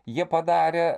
jie padarė